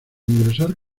ingresar